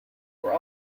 were